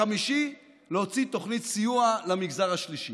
החמישי, להוציא תוכנית סיוע למגזר השלישי.